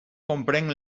comprenc